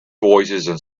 voicesand